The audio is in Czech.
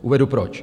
Uvedu proč.